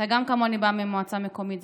אתה, כמוני, בא ממועצה מקומית.